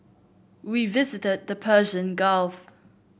we visited the Persian Gulf